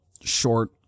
short